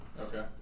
Okay